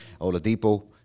Oladipo